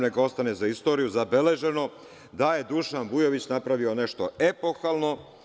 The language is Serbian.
Neka ostane za istoriju zabeleženo da je Dušan Vujović napravio nešto epohalno.